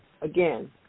again